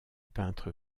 peintre